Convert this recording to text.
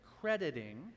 crediting